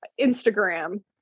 Instagram